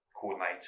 coordinator